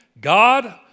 God